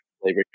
flavor